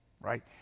right